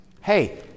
Hey